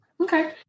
Okay